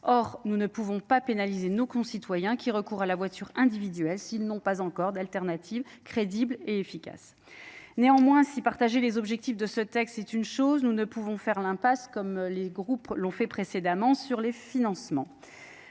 Or, nous ne pouvons pas pénaliser nos concitoyens qui recourent à la voiture individuelle, s'ils n'ont pas encore d'alternative crédible et efficace Néanmoins, Si partager les objectifs de ce texte est une chose. Nous ne pouvons faire l'impasse comme les groupes l'ont fait précédemment sur les financements